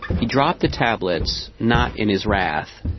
he dropped the tablets not in his wrath.